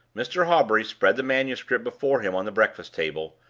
mr. hawbury spread the manuscript before him on the breakfast-table,